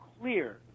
clear